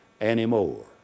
anymore